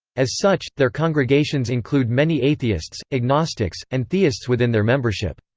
as such, their congregations include many atheists, agnostics, and theists within their membership.